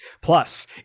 plus